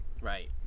Right